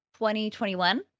2021